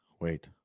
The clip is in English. wait